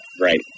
Right